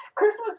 Christmas